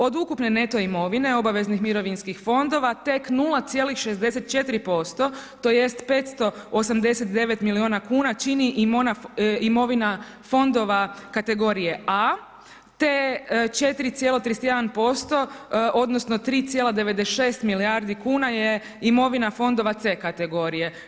Od ukupne NETO imovine obaveznih mirovinskih fondova tek 0,64%, tj. 589 milijuna kuna čini imovina fondova kategorije A te 4,31%, odnosno 3,96 milijardi kuna je imovina fondova C kategorije.